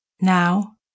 Now